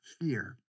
fear